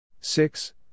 six